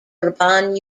durban